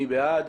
מי בעד?